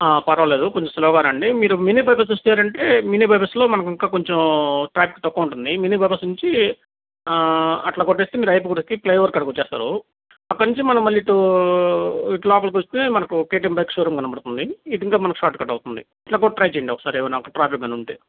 పరవాలేదు కొంచెం స్లోగా రండి మీరు మినీ బైపాస్ వచ్చారంటే మినీబైపాస్లో మనకింకా కొంచెం ట్రాఫిక్ తక్కువుంటుంది మినీ బైపాస్ నుంచి అలా కొట్టేస్తే మీరు అయ్యప్పగుడి ఎక్కి ఫ్లైఓవర్కాడికి వచ్చేస్తారు అక్కడ నుంచి మనం మళ్ళీ ఇటు ఇట్టు లోపలికొస్తే మనకు కేటిఎం బైక్ షోరూమ్ కనబడుతుంది ఇటు ఇంకా మనకి షార్ట్కట్ అవుతుంది ఇలా కూడ ట్రై చెయ్యండి ఒకసారి ఏమైనా ఒక ట్రాఫిక్ కానీ ఉంటే